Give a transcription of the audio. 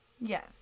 Yes